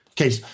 Okay